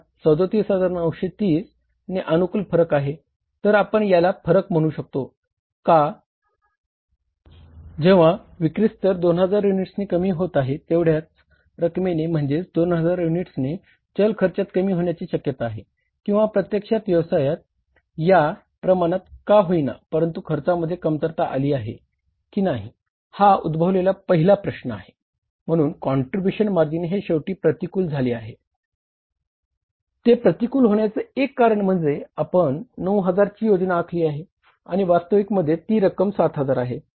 ते प्रतिकूल होण्याचे एक कारण म्हणजे आपण 9000 ची योजना आखली आहे आणि वास्तविकतेमध्ये ती रक्कम 7000 आहे